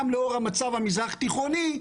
גם לאור המצב המזרח תיכוני.